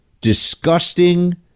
disgusting